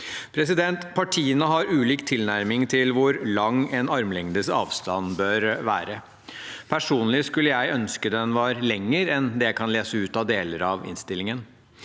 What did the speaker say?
fremmes der. Partiene har ulik tilnærming til hvor lang en armlengdes avstand bør være. Personlig skulle jeg ønske den var lengre enn det jeg kan lese ut av deler av innstillingen.